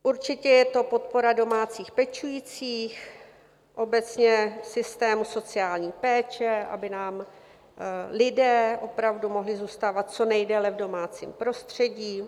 Určitě je to podpora domácích pečujících, obecně systému sociální péče, aby nám lidé opravdu mohli zůstávat co nejdéle v domácím prostředí.